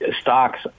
stocks